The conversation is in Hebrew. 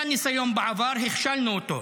היה ניסיון בעבר, הכשלנו אותו.